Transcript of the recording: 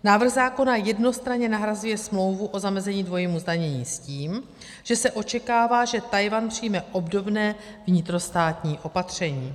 Návrh zákona jednostranně nahrazuje smlouvu o zamezení dvojímu zdanění s tím, že se očekává, že Tchajwan přijme obdobné vnitrostátní opatření.